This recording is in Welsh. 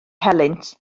helynt